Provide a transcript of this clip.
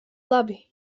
labi